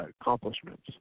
accomplishments